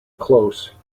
close